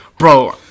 Bro